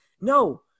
No